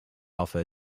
alpha